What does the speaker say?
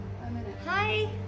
Hi